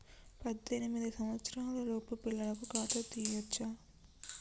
పద్దెనిమిది సంవత్సరాలలోపు పిల్లలకు ఖాతా తీయచ్చా?